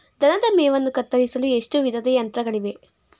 ದನಗಳ ಮೇವನ್ನು ಕತ್ತರಿಸಲು ಎಷ್ಟು ವಿಧದ ಯಂತ್ರಗಳಿವೆ?